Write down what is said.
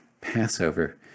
Passover